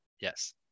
Yes